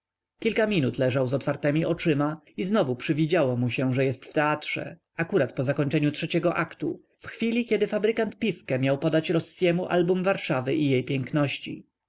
kilka minut leżał z otwartemi oczyma i znowu przywidziało mu się że jest w teatrze akurat po zakończeniu trzeciego aktu w chwili kiedy fabrykant pifke miał podać rossiemu album warszawy i jej piękności